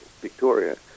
Victoria